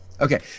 Okay